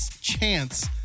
chance